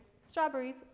strawberries